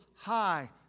High